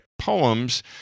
poems